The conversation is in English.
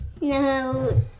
No